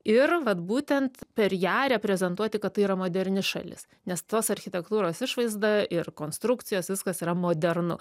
ir vat būtent per ją reprezentuoti kad tai yra moderni šalis nes tos architektūros išvaizda ir konstrukcijos viskas yra modernu